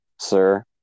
sir